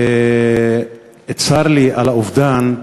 צר לי על האובדן,